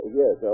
yes